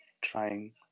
trying